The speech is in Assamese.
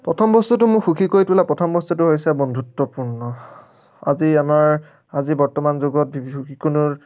প্ৰথম বস্তুটো মোক সুখী কৰি তোলা প্ৰথম বস্তুটো হৈছে বন্ধুত্বপূৰ্ণ আজি আমাৰ আজি বৰ্তমান যুগত যিকোনো